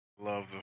Love